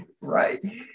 Right